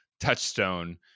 touchstone